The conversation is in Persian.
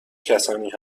کسانی